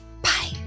Bye